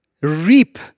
reap